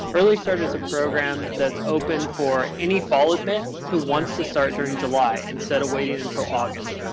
early start is a program that's open for any fall admit who wants to start during july instead of waiting until august.